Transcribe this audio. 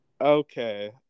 Okay